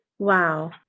Wow